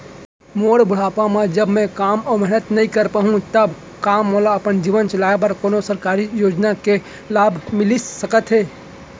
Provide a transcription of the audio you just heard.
मोर बुढ़ापा मा जब मैं काम अऊ मेहनत नई कर पाहू तब का मोला अपन जीवन चलाए बर कोनो सरकारी योजना के लाभ मिलिस सकत हे?